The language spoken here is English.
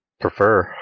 prefer